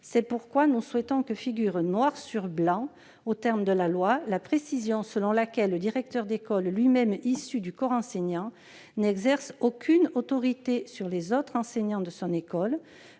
C'est pourquoi nous souhaitons que figure noir sur blanc dans la loi, la précision selon laquelle le directeur d'école, lui-même issu du corps enseignant, n'exerce aucune autorité sur les autres enseignants de son école,